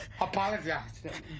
Apologize